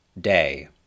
Day